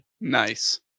Nice